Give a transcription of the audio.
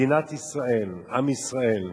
מדינת ישראל, עם ישראל,